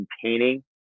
containing